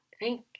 thank